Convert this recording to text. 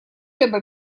либо